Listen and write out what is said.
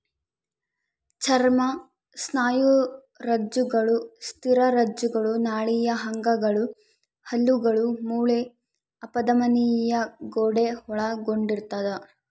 ಚರ್ಮ ಸ್ನಾಯುರಜ್ಜುಗಳು ಅಸ್ಥಿರಜ್ಜುಗಳು ನಾಳೀಯ ಅಂಗಗಳು ಹಲ್ಲುಗಳು ಮೂಳೆ ಅಪಧಮನಿಯ ಗೋಡೆ ಒಳಗೊಂಡಿರ್ತದ